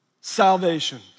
Salvation